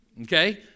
Okay